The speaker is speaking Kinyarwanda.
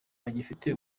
bagifite